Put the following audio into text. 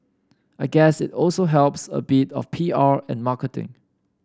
I guess it also helps a bit of P R and marketing